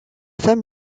femme